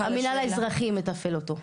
המנהל האזרחי מתפעל אותו.